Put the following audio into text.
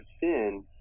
sin